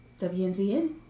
WNZN